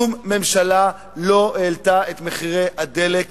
שום ממשלה לא העלתה את מחירי הדלק.